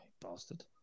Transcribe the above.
Bastard